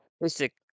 Basic